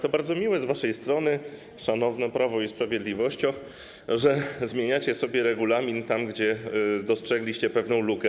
To bardzo miłe z waszej strony, szanowne Prawo i Sprawiedliwość, że zmieniacie sobie regulamin tam, gdzie dostrzegliście pewną lukę.